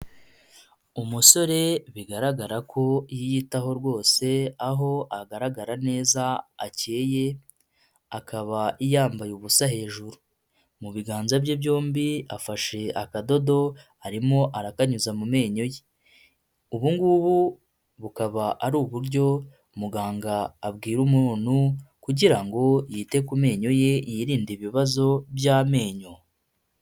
Umusore bigaragara ko yiyitaho rwose aho agaragara neza akeyeye, akaba yambaye ubusa hejuru. Mu biganza bye byombi afashe akadodo arimo arakanyuza mu menyo ye. Ubu ngubu bukaba ari uburyo muganga abwira umuntu kugira ngo yite ku menyo ye yirinde ibibazo by'amenyo.